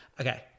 Okay